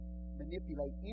manipulate